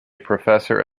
professor